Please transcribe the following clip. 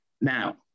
Now